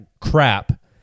crap